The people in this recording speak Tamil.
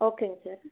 ஓகேங்க சார்